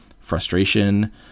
frustration